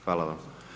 Hvala vam.